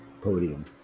podium